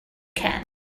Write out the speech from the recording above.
can